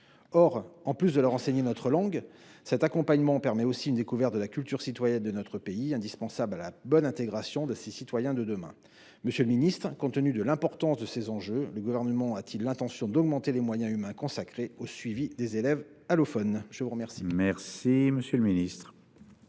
Or, en plus de l’enseignement de notre langue, cet accompagnement permet aussi une découverte de la culture citoyenne de notre pays, indispensable à la bonne intégration de ces citoyens de demain. Monsieur le ministre, compte tenu de l’importance de ces enjeux, le Gouvernement a t il l’intention d’augmenter les moyens humains consacrés au suivi des élèves allophones ? La parole est à M. le ministre.